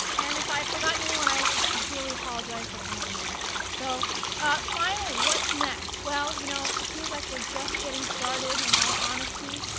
and if i've forgotten anyone, i sincerely apologize, but thank you anyway. so finally, what's next? well, you know, it feels like we're just getting started in all honesty.